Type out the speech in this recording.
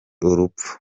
urupfu